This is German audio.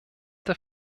der